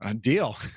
Deal